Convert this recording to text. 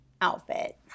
outfit